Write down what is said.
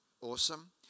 Awesome